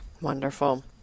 wonderful